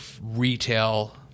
retail